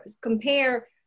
compare